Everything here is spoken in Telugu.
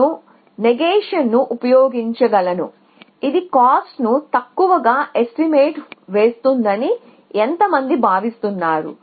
నేను నెగేషన్ ను ఉపయోగించగలను ఇది కాస్ట్ ను తక్కువగా ఎస్టిమేట్ వేస్తుందని ఎంత మంది భావిస్తున్నారు